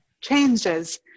changes